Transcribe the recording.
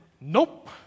nope